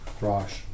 Rosh